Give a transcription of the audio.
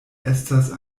estas